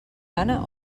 gana